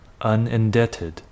unindebted